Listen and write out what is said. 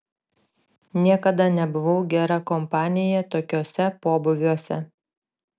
niekada nebuvau gera kompanija tokiuose pobūviuose